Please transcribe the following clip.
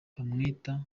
bamwita